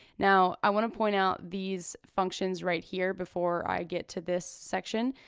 now, i wanna point out these functions right here before i get to this section.